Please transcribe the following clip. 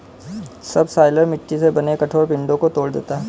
subsoiler मिट्टी से बने कठोर पिंडो को तोड़ देता है